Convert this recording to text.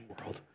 world